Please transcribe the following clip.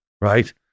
right